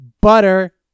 butter